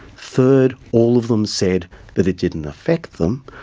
third, all of them said that it didn't affect them.